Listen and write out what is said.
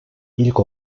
ilk